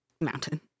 mountain